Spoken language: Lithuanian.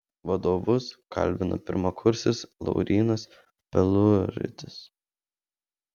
vadovus kalbina pirmakursis laurynas peluritis